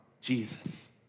Jesus